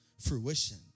fruition